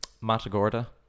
Matagorda